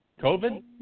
Covid